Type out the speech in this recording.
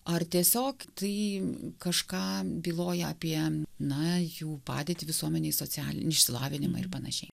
ar tiesiog tai kažkam byloja apie na jų padėtį visuomenėj socialinį išsilavinimą ir panašiai